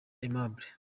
aimable